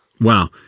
Wow